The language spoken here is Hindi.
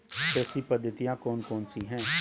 कृषि पद्धतियाँ कौन कौन सी हैं?